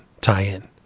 tie-in